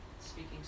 Speaking